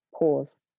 pause